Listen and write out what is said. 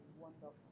wonderful